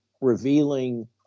revealing